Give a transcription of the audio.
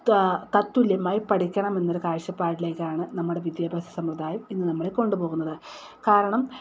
തത്തുല്യമായി പഠിക്കണമെന്നൊരു കാഴ്ചപ്പാടിലേക്കാണ് നമ്മുടെ വിദ്യാഭ്യാസ സമ്പ്രദായം ഇന്നു നമ്മളെ കൊണ്ടുപോകുന്നത് കാരണം